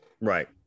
Right